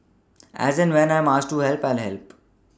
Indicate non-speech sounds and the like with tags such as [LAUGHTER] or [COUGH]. [NOISE] as and when I masked to help I'll help